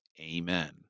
Amen